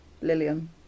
Lillian